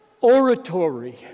oratory